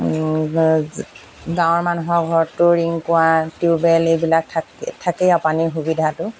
গাঁৱৰ মানুহৰ ঘৰতটো ৰিং কুঁৱা টিউবৱেল এইবিলাক থা থাকে আৰু পানীৰ সুবিধাটো